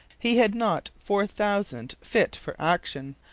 he had not four thousand fit for action,